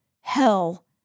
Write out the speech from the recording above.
hell